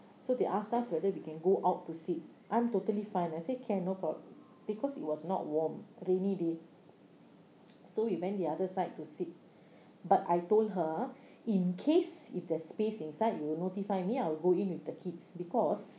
so they asked us whether we can go out to sit I'm totally fine I say can no problem because it was not warm rainy day so we went the other side to sit but I told her in case if there's space inside you will notify me I'll go in with the kids because